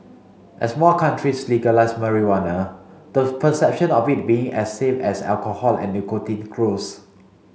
as more countries legalise marijuana those perception of it being as safe as alcohol and nicotine grows